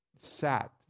sat